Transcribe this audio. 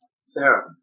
Sarah